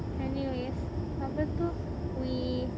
anyways apa tu we